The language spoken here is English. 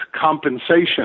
compensation